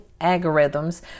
algorithms